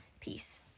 peace